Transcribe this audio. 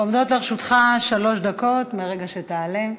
עומדות לרשותך שלוש דקות מרגע שתעלה.